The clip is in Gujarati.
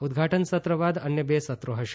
ઉદધાટન સત્ર બાદ અન્ય બે સત્રો હશે